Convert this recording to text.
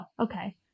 okay